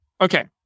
Okay